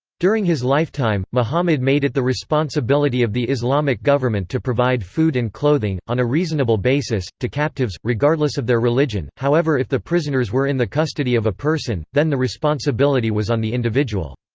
during his lifetime, muhammad made it the responsibility of the islamic government to provide food and clothing, on a reasonable basis, to captives, regardless of their religion however if the prisoners were in the custody of a person, then the responsibility was on the individual.